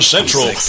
Central